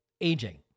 aging